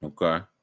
Okay